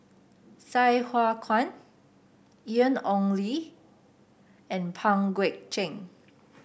Sai Hua Kuan Ian Ong Li and Pang Guek Cheng